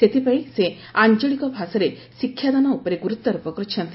ସେଥିପାଇଁ ସେ ଆଞ୍ଚଳିକ ଭାଷାରେ ଶିକ୍ଷାଦାନ ଉପରେ ଗୁରୁତ୍ୱାରୋପ କରିଛନ୍ତି